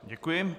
Děkuji.